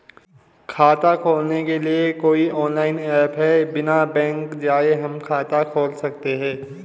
खाता खोलने के लिए कोई ऑनलाइन ऐप है बिना बैंक जाये हम खाता खोल सकते हैं?